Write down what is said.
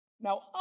Now